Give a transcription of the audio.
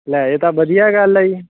ਲੈ ਇਹ ਤਾਂ ਵਧੀਆ ਗੱਲ ਹੈ ਜੀ